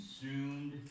consumed